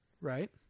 right